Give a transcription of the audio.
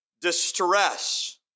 distress